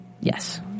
Yes